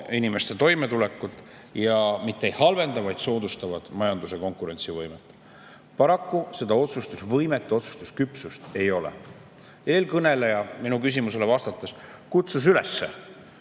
inimeste toimetulekut ning ei halvenda, vaid soodustavad majanduse konkurentsivõimet. Paraku seda otsustusvõimet, otsustusküpsust ei ole. Eelkõneleja minu küsimusele vastates kutsus ühte